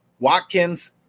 Watkins